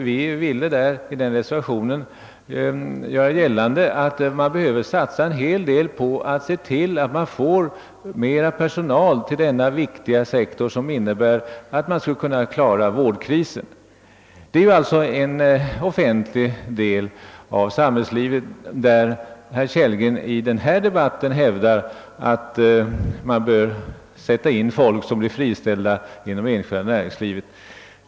Vi ville genom denna reservation hävda att man behöver satsa på att få mera personal inom denna viktiga sektor för att klara vårdkrisen. Beträffande den nu aktuella delen av det offentliga området hävdar herr Kellgren i denna debatt att där bör sättas in de, som blir friställda inom det enskilda näringslivet.